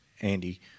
Andy